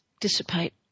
dissipate